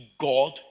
God